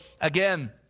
again